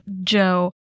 Joe